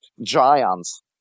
giants